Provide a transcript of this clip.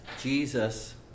Jesus